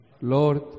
Lord